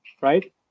Right